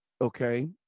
Okay